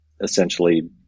essentially